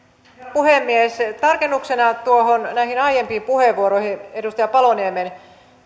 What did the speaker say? puhemies tarkennuksena näihin aiempiin puheenvuoroihin edustaja paloniemen